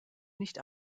nicht